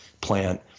plant